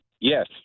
yes